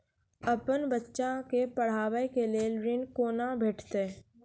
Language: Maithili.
अपन बच्चा के पढाबै के लेल ऋण कुना भेंटते?